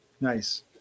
Nice